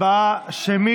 הצבעה שמית.